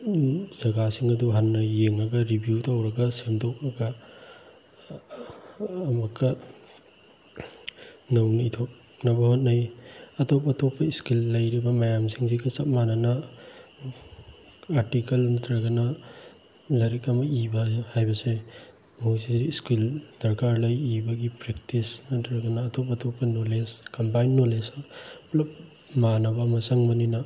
ꯖꯒꯥꯁꯤꯡ ꯑꯗꯨ ꯍꯟꯅ ꯌꯦꯡꯉꯒ ꯔꯤꯚ꯭ꯌꯨ ꯇꯧꯔꯒ ꯁꯦꯝꯗꯣꯛꯑꯒ ꯑꯃꯨꯛꯀ ꯅꯧꯅ ꯏꯊꯣꯛꯅꯕ ꯍꯣꯠꯅꯩ ꯑꯇꯣꯞ ꯑꯇꯣꯞꯄ ꯁ꯭ꯀꯤꯜ ꯂꯩꯔꯤꯕ ꯃꯌꯥꯝꯁꯤꯡꯁꯤꯒ ꯆꯞ ꯃꯥꯟꯅꯅ ꯑꯥꯔꯇꯤꯀꯜ ꯅꯠꯇ꯭ꯔꯒꯅ ꯂꯥꯏꯔꯤꯛ ꯑꯃ ꯏꯕ ꯍꯥꯏꯕꯁꯦ ꯃꯣꯏꯁꯨ ꯁ꯭ꯀꯤꯜ ꯗꯔꯀꯥꯔ ꯂꯩ ꯏꯕꯒꯤ ꯄ꯭ꯔꯦꯛꯇꯤꯁ ꯅꯠꯇ꯭ꯔꯒꯅ ꯑꯇꯣꯞ ꯑꯇꯣꯞꯄ ꯅꯣꯂꯦꯖ ꯀꯝꯕꯥꯏꯟ ꯅꯣꯂꯦꯖ ꯄꯨꯂꯞ ꯃꯥꯅꯕ ꯑꯃ ꯆꯪꯕꯅꯤꯅ